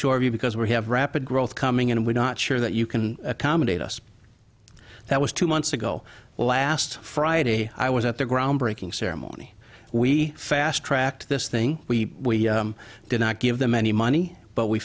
shore because we have rapid growth coming in and we're not sure that you can accommodate us that was two months ago last friday i was at the groundbreaking ceremony we fast tracked this thing we did not give them any money but we